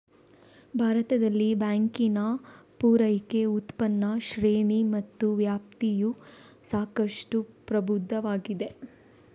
ಭಾರತದಲ್ಲಿ ಬ್ಯಾಂಕಿಂಗಿನ ಪೂರೈಕೆ, ಉತ್ಪನ್ನ ಶ್ರೇಣಿ ಮತ್ತು ವ್ಯಾಪ್ತಿಯು ಸಾಕಷ್ಟು ಪ್ರಬುದ್ಧವಾಗಿದೆ